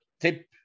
tip